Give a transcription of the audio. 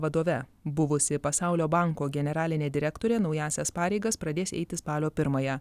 vadove buvusi pasaulio banko generalinė direktorė naująsias pareigas pradės eiti spalio pirmąją